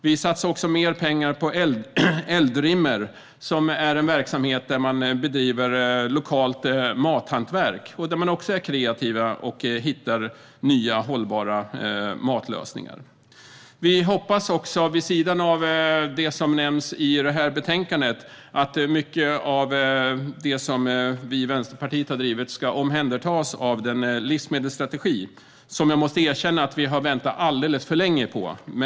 Vi satsar också mer pengar på Eldrimner, som är en verksamhet där man ägnar sig åt lokalt mathantverk. Även där är man kreativ och hittar nya hållbara matlösningar. Vi hoppas också, vid sidan av det som nämns i detta betänkande, att många av de frågor som vi i Vänsterpartiet har drivit ska omhändertas av den livsmedelsstrategi som jag måste erkänna att vi har väntat alldeles för länge på.